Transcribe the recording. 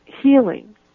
healing